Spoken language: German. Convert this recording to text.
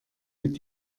mit